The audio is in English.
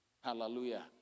Hallelujah